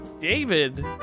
David